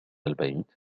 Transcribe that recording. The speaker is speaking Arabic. البيت